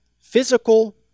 physical